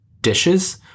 dishes